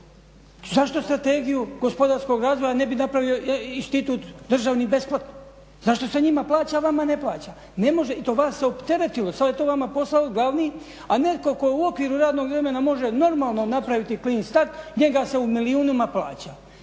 zašto strategiju gospodarskog razvoja ne bi napravio institut državni besplatno. Zašto se njima plaća a vama ne plaća? Ne može, i to vas se opteretilo, sada je to vama posao glavni a netko tko u okviru radnog vremena može normalno napraviti clean start njega se u milijunima plaća.